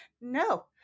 no